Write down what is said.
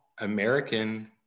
american